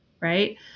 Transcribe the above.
right